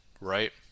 right